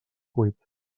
cuit